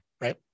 right